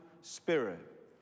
spirit